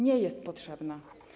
Nie jest potrzebna.